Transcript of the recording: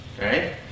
Right